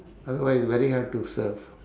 otherwise very hard to surf